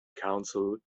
council